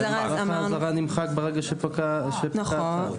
האזהרה נמחק ברגע שפוקע הצו.